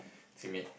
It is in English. timid